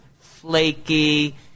flaky